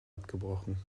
abgebrochen